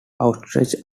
outstretched